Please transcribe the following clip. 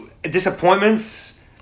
disappointments